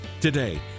today